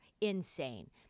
Insane